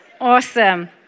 Awesome